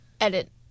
edit